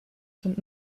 sind